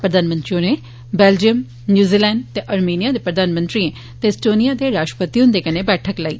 प्रधानमंत्री होरें Belgium New Zealand ते आर्मीनियां दे प्रधानमंत्रियें ते एसटोनियां दे राष्ट्रपति हुन्दे कन्नै बैठक लाई